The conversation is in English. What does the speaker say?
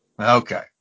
okay